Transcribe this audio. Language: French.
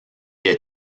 est